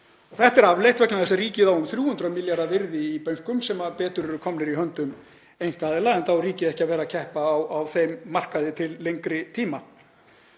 Þetta er afleitt vegna þess að ríkið á um 300 milljarða virði í bönkum sem betur eru komnir í höndum einkaaðila, enda á ríkið ekki að keppa á þeim markaði til lengri tíma.